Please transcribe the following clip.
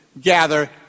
gather